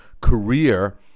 career